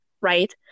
right